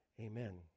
amen